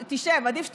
תשב, עדיף שתשב,